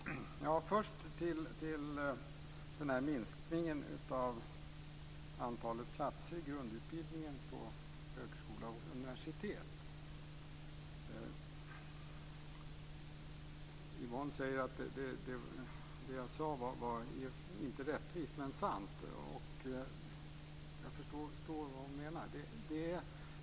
Fru talman! Först beträffande minskningen av antalet platser i grundutbildningen på högskolor och universitet. Yvonne säger om det jag sade att det inte är rättvist men att det är sant. Jag förstår vad hon menar.